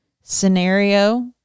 scenario